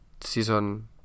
season